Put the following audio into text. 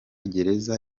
gereza